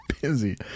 busy